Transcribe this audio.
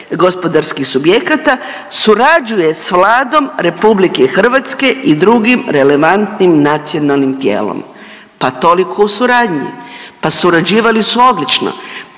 gospodarskih subjekata, surađuje s Vladom RH i drugim relevantnim nacionalnim tijelom. Pa toliko o suradnji. Pa surađivali su odlično.